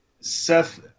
Seth